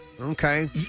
Okay